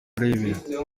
arebera